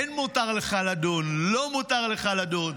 כן מותר לך לדון, לא מותר לך לדון,